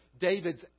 David's